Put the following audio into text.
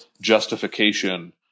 justification